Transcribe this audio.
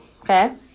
Okay